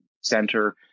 center